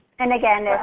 and again,